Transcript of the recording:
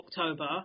October